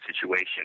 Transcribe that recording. situation